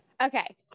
Okay